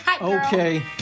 Okay